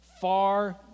Far